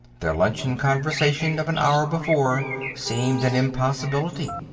their luncheon conversation of an hour before seemed an impossibility.